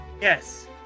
Yes